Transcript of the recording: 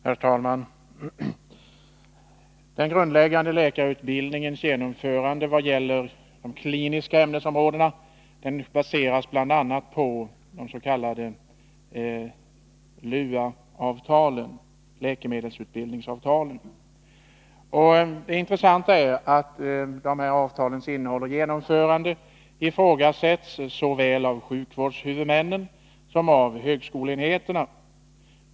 Herr talman! Den grundläggande läkarutbildningens genomförande vad gäller de kliniska ämnesområdena baseras bl.a. på de s.k. LUA-avtalen, läkarutbildningsavtalen. Det intressanta är att dessa avtals innehåll och genomförande ifrågasätts såväl av sjukvårdshuvudmännen som av högskoleenheterna.